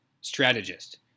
strategist